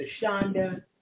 Shonda